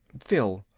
phil.